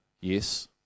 Yes